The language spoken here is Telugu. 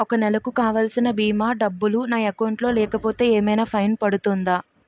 ఒక నెలకు కావాల్సిన భీమా డబ్బులు నా అకౌంట్ లో లేకపోతే ఏమైనా ఫైన్ పడుతుందా?